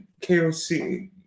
KOC